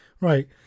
Right